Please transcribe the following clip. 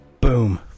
Boom